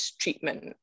treatment